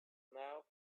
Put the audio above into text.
now